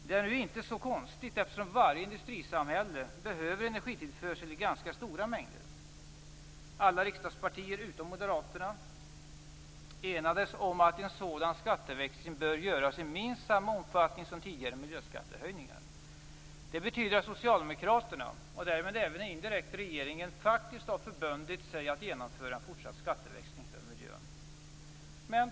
Det är nu inte så konstigt, eftersom varje industrisamhälle behöver energitillförsel i ganska stora mängder. Alla riksdagspartier utom Moderaterna enades om att en sådan skatteväxling bör göras i minst samma omfattning som tidigare miljöskattehöjningar. Det betyder att Socialdemokraterna, och därmed även indirekt regeringen, faktiskt har förbundit sig att genomföra en fortsatt skatteväxling för miljön.